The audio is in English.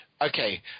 Okay